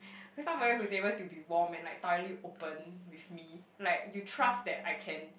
want somebody who is able to be warm and like thoroughly open with me like you trust that I can